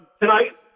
tonight